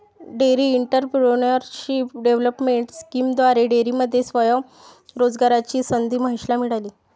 dairy entrepreneurship development स्कीमद्वारे डेअरीमध्ये स्वयं रोजगाराची संधी महेशला मिळाली